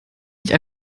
nicht